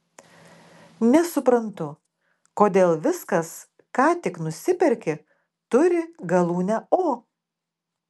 nesuprantu kodėl viskas ką tik nusiperki turi galūnę o